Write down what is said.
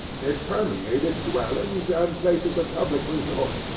it permeated dwellings and places of public resort,